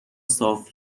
صاف